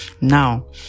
Now